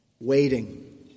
waiting